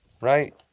right